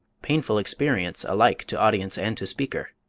painful experience alike to audience and to speaker!